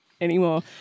anymore